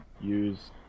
use